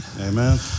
Amen